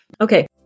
Okay